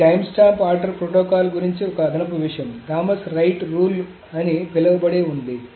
ఇది timestamp order protocol గురించి ఒక అదనపు విషయం థామస్ రైట్ రూల్ అని పిలవబడే ఉంది